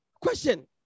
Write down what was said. question